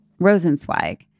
Rosenzweig